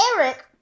Eric